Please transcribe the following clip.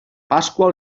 pasqua